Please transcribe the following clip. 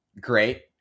great